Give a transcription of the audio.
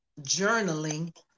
journaling